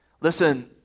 listen